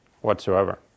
whatsoever